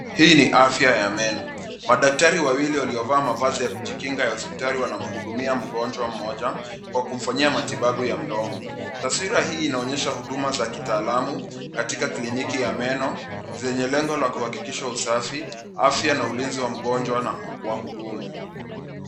Hii ni afya ya meno, madaktari wawili waliovaa mavazi ya kujikinga ya hospitali wanamhudumia mgonjwa mmoja kwa kumfanyia matibabu ya mdomo. Taswira hii inaonyesha huduma za kitaalamu katika kliniki ya meno zenye lengo za kuhakikisha usafi, afya na ukinli wa mgonjwa na wahudumu.